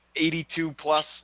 82-plus